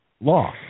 law